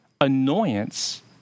annoyance